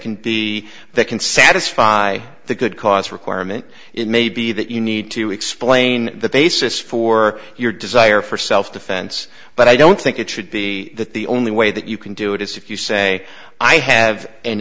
can be that can satisfy the good cause requirement it may be that you need to explain the basis for your desire for self defense but i don't think it should be that the only way that you can do it is if you say i have an